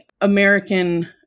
American